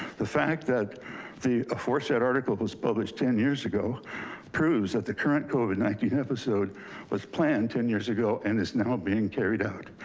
the fact that the aforesaid article was published ten years ago proves that the current covid nineteen episode was planned ten years ago and is now being carried out.